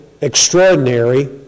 extraordinary